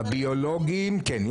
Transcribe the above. הביולוגיים, כן.